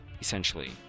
essentially